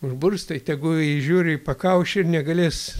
užburs tai tegu ji žiūri į pakaušį ir negalės